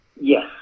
Yes